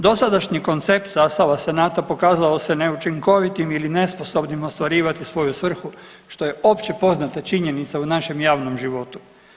Dosadašnji koncept sastava senata pokazao se neučinkovitim ili nesposobnim ostvarivati svoju svrhu što je općepoznata činjenica u našem javnom životu.